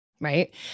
right